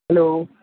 hello